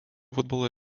futbolo